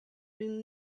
been